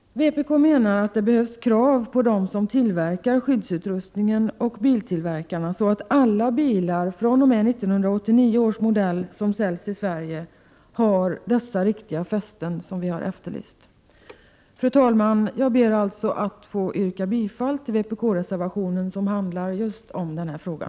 Vpk menar att vi behöver ställa krav på dem som tillverkar skyddsutrustningen och på biltillverkarna, så att alla bilar fr.o.m. 1989 års modell som säljs i Sverige har sådana riktiga fästen som vi har efterlyst. Fru talman! Jag ber att få yrka bifall till vpk-reservationen, som handlar just om den här frågan.